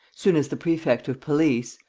soon as the prefect of police,